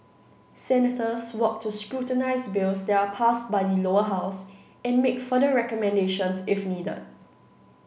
senators work to scrutinise bills that are passed by the Lower House and make further recommendations if needed